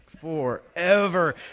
Forever